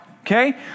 okay